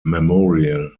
memorial